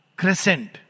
crescent